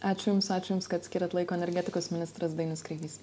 ačiū jums ačiū jums kad skyrėt laiko energetikos ministras dainius kreivys